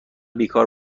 بیکار